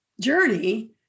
journey